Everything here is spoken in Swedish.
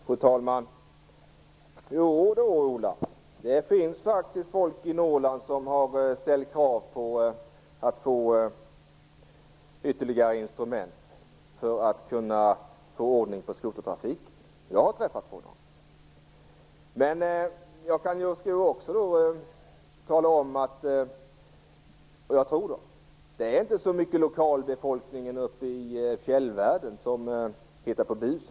Fru talman! Det finns faktiskt folk i Norrland som har ställt krav på ytterligare instrument för att kunna få ordning på skotertrafiken. Jag har träffat på sådana människor, och jag tror dem. Det är inte lokalbefolkningen i fjällvärlden som hittar på bus.